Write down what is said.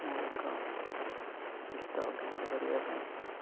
ମୁଁ ଏକ ଗୀତ ଅଭ୍ୟାସ କରିବା ପାଇଁ